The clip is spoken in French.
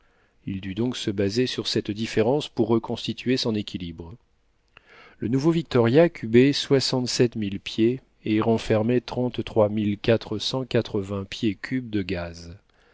il dut donc se baser sur cette différence pour reconstituer son équilibre le nouveau victoria cubait soixante-sept mille pieds et renfermait trente trois mille quatre cent quatre-vingts pieds cubes de gaz